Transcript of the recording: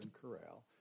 corral